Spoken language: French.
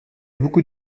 beaucoup